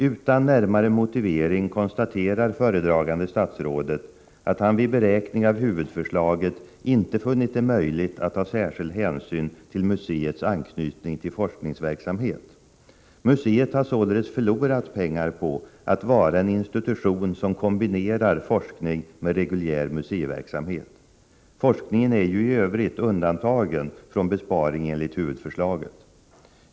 Utan närmare motivering konstaterar föredragande statsråd att han vid beräkning av huvudförslaget inte funnit det möjligt att ta särskild hänsyn till museets anknytning till forskningsverksamhet. Museet har således förlorat pengar på att vara en institution som kombinerar forskning med reguljär museiverksamhet. Forskningen är ju i övrigt undantagen från besparing enligt huvudförslaget.